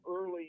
early